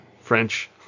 french